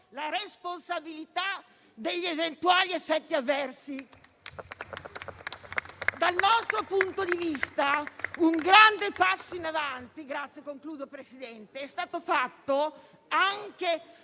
la responsabilità degli eventuali effetti avversi. Dal nostro punto di vista un grande passo in avanti è stato fatto, anche